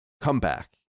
comeback